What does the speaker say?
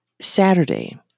Saturday